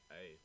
Hey